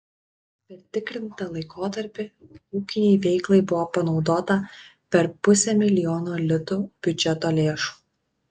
per tikrintą laikotarpį ūkinei veiklai buvo panaudota per pusę milijono litų biudžeto lėšų